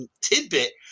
tidbit